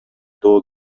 доо